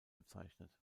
bezeichnet